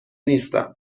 نیستم